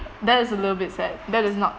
that is a little bit sad that is not